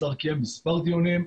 השר קיים מספר דיונים,